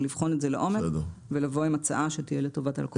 ולבחון את זה לעומק ולבוא עם הצעה שתהיה לטובת הלקוחות הקטנים.